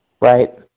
Right